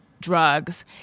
drugs